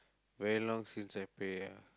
very long since I pray ah